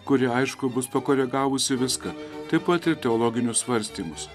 kuri aišku bus pakoregavusi viską taip pat ir teologinius svarstymus